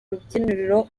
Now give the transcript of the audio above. rubyiniro